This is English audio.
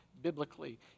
biblically